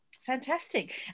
Fantastic